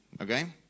Okay